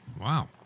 Wow